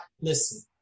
listen